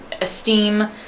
esteem